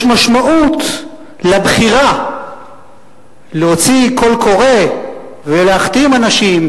יש משמעות לבחירה להוציא קול קורא ולהחתים אנשים,